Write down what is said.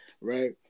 right